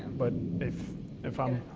but if if i'm,